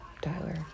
Tyler